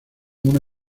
una